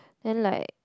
then like